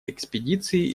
экспедиции